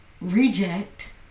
Reject